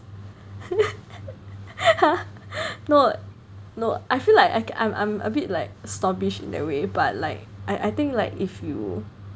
!huh! not no I feel like I'm a bit like snobbish in that way but like I I think like if you